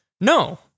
No